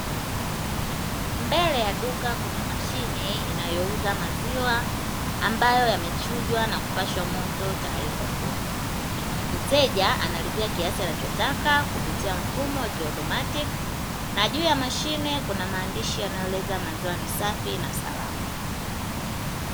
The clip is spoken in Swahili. Mbele ya duka kuna mashine inayouza maziwa ambayo yamechujwa na kupashwa moto tayari kwa kunywa, mteja analipia kiasi anachotaka kupitia mfumo wa kiautomatiki, na juuya mashine kuna maandishi yanaoeleza maziwa ni safi na salama.